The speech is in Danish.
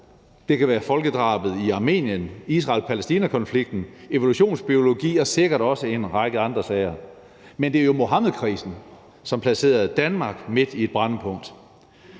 det kan være folkedrabet i Armenien, det kan være Israel-Palæstina-konflikten, det kan være evolutionsbiologi og sikkert også en række andre sager. Men det er jo Muhammedkrisen, som placerede Danmark midt i et brændpunkt.